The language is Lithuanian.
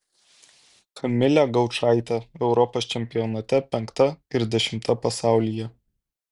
kamilė gaučaitė europos čempionate penkta ir dešimta pasaulyje